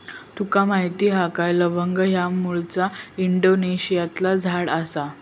तुका माहीत हा काय लवंग ह्या मूळचा इंडोनेशियातला झाड आसा